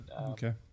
Okay